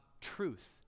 truth